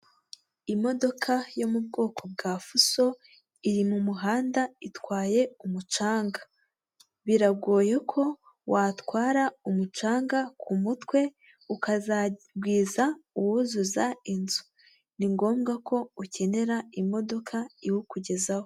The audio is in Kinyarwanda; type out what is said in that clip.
Imodoka yo mu bwoko bwa fuso iri mu muhanda itwaye umucanga, biragoye ko watwara umucanga ku mutwe ukazagwiza uwuzuza inzu, ni ngombwa ko ukenera imodoka iwukugezaho.